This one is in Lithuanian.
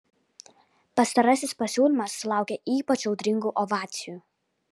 pastarasis pasiūlymas sulaukė ypač audringų ovacijų